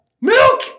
Milk